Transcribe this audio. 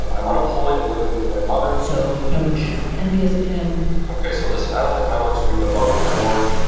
i'm unemployed and living with my mother. so no one should be envious of him ok. so listen. i don't think my looks are even above a four.